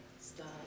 Stop